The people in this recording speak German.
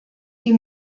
die